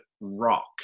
rock